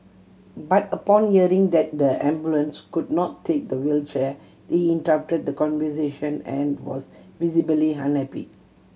but upon hearing that the ambulance could not take the wheelchair he interrupted the conversation and was visibly unhappy